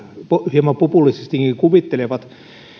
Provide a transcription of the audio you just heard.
hieman populistisestikin kuvittelevat